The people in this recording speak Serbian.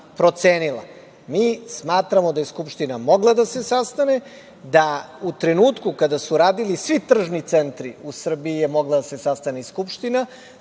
procenila. Mi smatramo da je Skupština mogla da se sastane, da u trenutku kada su radili svi tržni centri, u Srbiji je mogla da se sastane i Skupština,